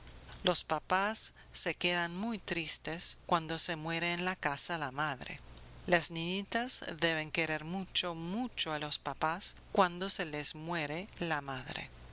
los papás se quedan muy tristes cuando se muere en la casa la madre las niñitas deben querer mucho mucho a los papás cuando se les muere la madre